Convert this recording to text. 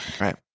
Right